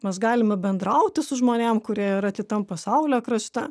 mes galime bendrauti su žmonėm kurie yra kitam pasaulio krašte